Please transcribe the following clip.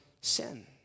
sin